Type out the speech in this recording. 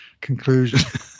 conclusion